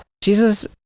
Jesus